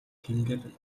тэнгэр